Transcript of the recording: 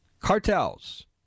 Cartels